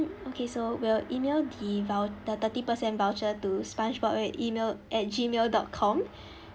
okay so we'll email the vou~ the thirty percent voucher to spongebob at email at gmail dot com